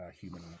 human